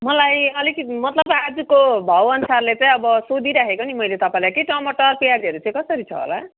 मलाई अलिकति मतलब आजको भाउअनुसारले चाहिँ अब सोधिराखेको नि मैले तपाईँलाई कि टमाटर प्याजहरू चाहिँ कसरी छ होला